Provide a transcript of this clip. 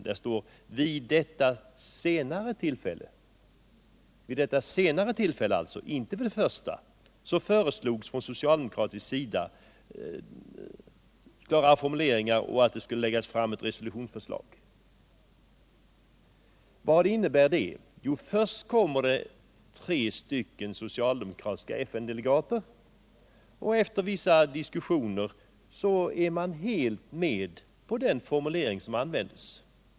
Nästa mening lyder nämligen: "Vid detta senare tillfälle” — alltså inte vid det första — "föreslogs från socialdemokratisk sida dels klarare formuleringar, dels att FN-delegationen skulle försöka lägga fram ett resolutionsförslag inför FN:s 32:a generalförsamling.” Vad innebär detta? Jo, först kommer tre soctaldemokratiska FN-delegater. Efter vissa diskussioner är man helt överens om den formulering som skall användas.